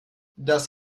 das